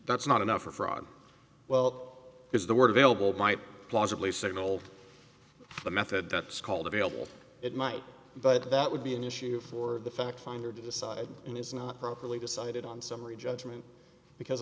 that's not enough for fraud well is the word available might plausibly signal the method that's called available it might but that would be an issue for the fact finder to decide and is not properly decided on summary judgment because